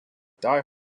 die